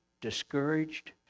discouraged